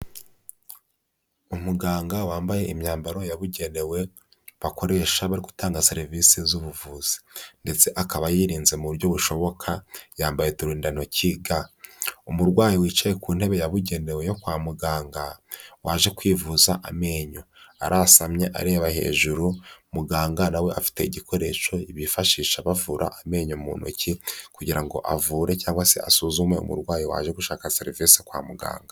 Umuganga wambaye imyambaro yabugenewe, bakoresha bari gutanga serivisi z'ubuvuzi, ndetse akaba yirinze mu buryo bushoboka, yambaye uturindantoki ga, umurwayi wicaye ku ntebe yabugenewe yo kwa muganga, waje kwivuza amenyo, arasamye areba hejuru, muganga nawe afite igikoresho bifashisha bavura amenyo mu ntoki, kugira ngo avure cyangwa se asuzume umurwayi waje gushaka serivisi kwa muganga.